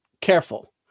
careful